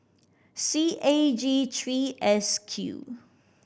C A G three S Q